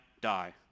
die